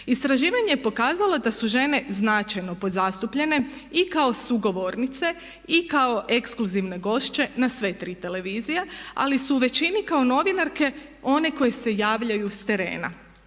Istraživanje je pokazalo da su žene značajno podzastupljene i kao sugovornice i kao ekskluzivne gošće na sve tri televizije ali su u većini kao novinarke one koje se javljaju s terena.